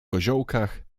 koziołkach